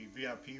VIP